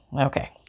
Okay